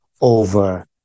over